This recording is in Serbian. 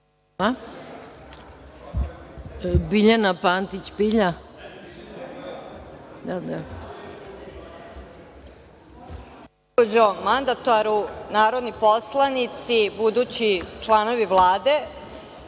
Biljana Pantić Pilja.